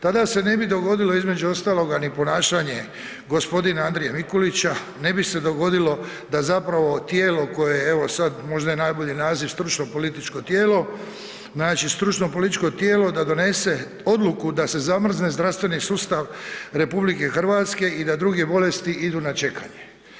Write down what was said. Tada se ne bi dogodilo između ostaloga ni ponašanje g. Andrije Mikulića, ne bi se dogodilo da zapravo tijelo koje evo sad možda je najbolji naziv stručno političko tijelo, znači stručno političko tijelo da donese odluku da se zamrzne zdravstveni sustav RH i da druge bolesti idu na čekanje.